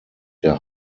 der